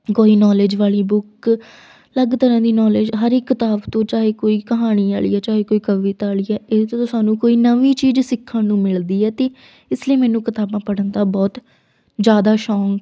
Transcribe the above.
ਕੋਈ ਨੋਲੇਜ ਵਾਲੀ ਬੁੱਕ ਅਲੱਗ ਤਰ੍ਹਾਂ ਦੀ ਨੋਲੇਜ ਹਰ ਇੱਕ ਕਿਤਾਬ ਤੋਂ ਚਾਹੇ ਕੋਈ ਕਹਾਣੀ ਵਾਲੀ ਹੈ ਚਾਹੇ ਕੋਈ ਕਵਿਤਾ ਵਾਲੀ ਹੈ ਇਹ ਜਦੋਂ ਸਾਨੂੰ ਕੋਈ ਨਵੀਂ ਚੀਜ਼ ਸਿੱਖਣ ਨੂੰ ਮਿਲਦੀ ਹੈ ਅਤੇ ਇਸ ਲਈ ਮੈਨੂੰ ਕਿਤਾਬਾਂ ਪੜ੍ਹਨ ਦਾ ਬਹੁਤ ਜਿਆਦਾ ਸ਼ੌਕ